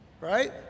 right